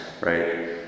right